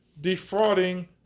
defrauding